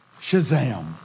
shazam